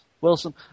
Wilson